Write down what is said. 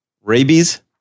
rabies